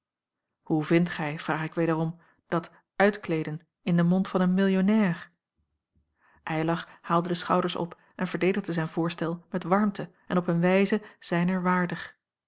hoe vindt gij vraag ik wederom dat uitkleeden in den mond van een millionair eylar haalde de schouders op en verdedigde zijn voorstel met warmte en op een wijze zijner waardig